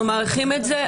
אנחנו מעריכים את זה.